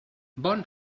bon